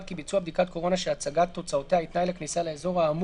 כי ביצוע בדיקת קורונה שהצגת תוצאותיה היא תנאי לכניסה לאזור האמור,